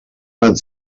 van